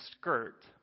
skirt